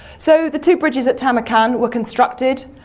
so, the two bridges at tamarkan were constructed.